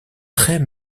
très